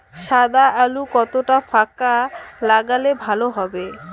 সাদা আলু কতটা ফাকা লাগলে ভালো হবে?